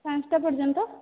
ପାଞ୍ଚଟା ପର୍ଯ୍ୟନ୍ତ